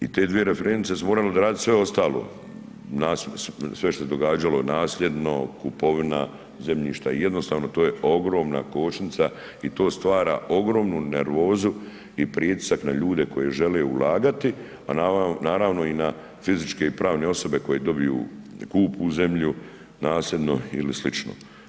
I te dvije referentice su morale odraditi sve ostalo, sve što se događalo nasljedno, kupovina zemljišta i jednostavno to je ogromna kočnica i to stvara ogromnu nervozu i pritisak na ljude koji žele ulagati, a naravno i na fizičke i pravne osobe koje dobiju, kupu zemlju, nasljedno i sl.